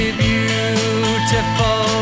beautiful